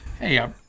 hey